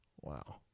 Wow